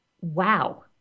Wow